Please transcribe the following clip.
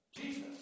Jesus